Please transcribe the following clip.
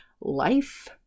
life